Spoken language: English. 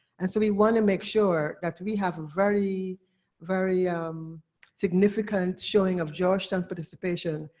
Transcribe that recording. and so, we want to make sure that we have a very very um significant showing of georgetown participation,